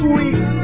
Sweet